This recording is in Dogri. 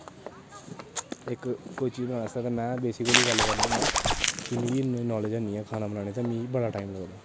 इक कोई चाजी बनाने आस्तै में बेसीकली गल्ल करना होन्ना कि मिगी इन्नी नालेज हैनी ऐ खाना बनाने दी ते मी बड़ा टाइम लगदा